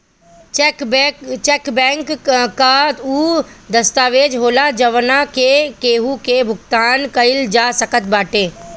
check bank कअ उ दस्तावेज होला जवना से केहू के भुगतान कईल जा सकत बाटे